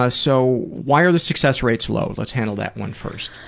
ah so, why are the success rates low? let's handle that one first.